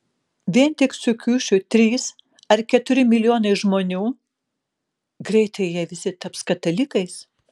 vien tik su kiušiu trys ar keturi milijonai žmonių greitai jie visi taps katalikais